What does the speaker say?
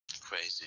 Crazy